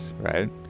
right